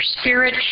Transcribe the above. spirit